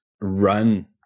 run